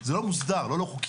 זה לא מוסדר, לא לא חוקי.